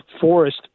forest